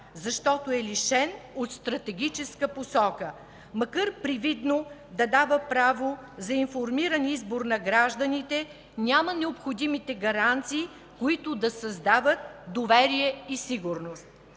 защото е лишен от стратегическа посока. Макар привидно да дава право за информиран избор на гражданите, няма необходимите гаранции, които да създават доверие и сигурност.